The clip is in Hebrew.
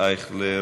אייכלר,